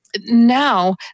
now